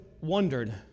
wondered